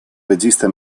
regista